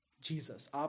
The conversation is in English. Jesus